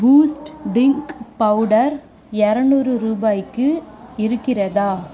boost drink powder இரநூறு ரூபாய்க்கு இருக்கிறதா